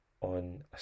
on